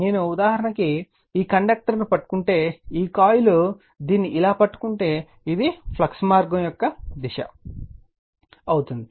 నేను ఉదాహరణకు ఈ కండక్టర్ను పట్టుకుంటే ఈ కాయిల్ దీన్ని ఇలా పట్టుకుంటే ఇది ఫ్లక్స్ మార్గం యొక్క దిశ అవుతుంది